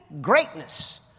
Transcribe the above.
greatness